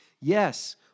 Yes